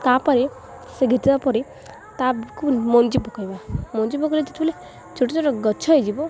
ତା'ପରେ ସେ ପରେ ତାକୁ ମଞ୍ଜି ପକାଇବା ମଞ୍ଜି ପକାଇ ଯେତେବେଳେ ଛୋଟ ଛୋଟ ଗଛ ହେଇଯିବ